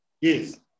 Yes